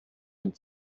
and